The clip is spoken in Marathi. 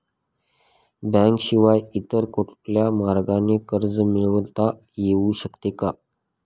बँकेशिवाय इतर कुठल्या मार्गाने कर्ज मिळविता येऊ शकते का?